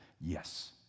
yes